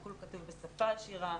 הכול כתוב בשפה עשירה,